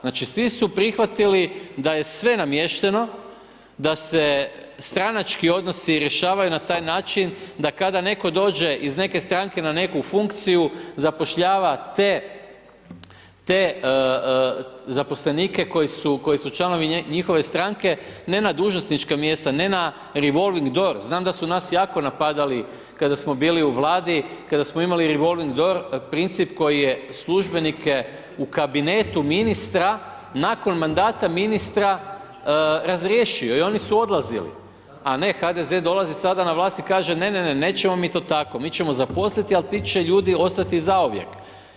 Znači svi su prihvatili da je sve namješteno, da se stranački odnosi rješavaju na taj način da kada netko dođe iz neke stranke na neku funkciju zapošljava te zaposlenike koji su članovi njihove stranke ne na dužnosnička mjesta ne na revolving door, znam da su nas jako napadali kada smo bili u Vladi, kada smo imali revolving door princip koji je službenike u kabinetu ministra, nakon mandata ministra razriješio i oni su odlazili a ne HDZ dolazi sada na vlast i kaže ne, ne, ne, nećemo mi to tako, mi ćemo zaposliti ali ti će ljudi ostati zauvijek.